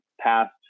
past